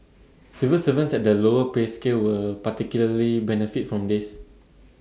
civil servants at the lower pay scale will particularly benefit from this